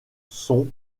sont